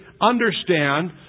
understand